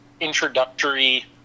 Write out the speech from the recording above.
introductory